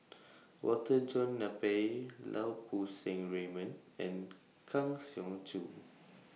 Walter John Napier Lau Poo Seng Raymond and Kang Siong Joo